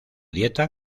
dieta